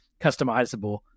customizable